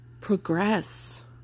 progress